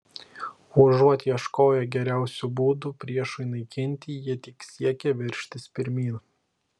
užuot ieškoję geriausių būdų priešui naikinti jie tik siekė veržtis pirmyn